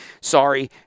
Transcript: Sorry